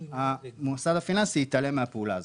המוסד הפיננסי יתעלם מהפעולה הזאת.